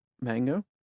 Mango